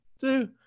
two